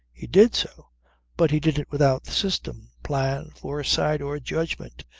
he did so but he did it without system, plan, foresight or judgment.